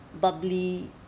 bubbly